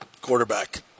quarterback